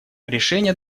решения